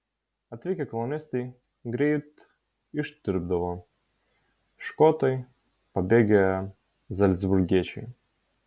atvykę kolonistai greit ištirpdavo škotai pabėgę zalcburgiečiai